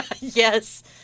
Yes